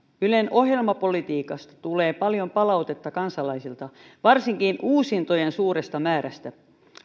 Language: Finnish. ylen ohjelmapolitiikasta tulee paljon palautetta kansalaisilta varsinkin uusintojen suuresta määrästä